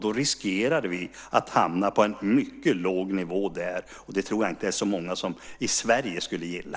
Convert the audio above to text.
Då riskerar vi att hamna på en mycket låg nivå där, och det tror jag inte att det är så många i Sverige som skulle gilla.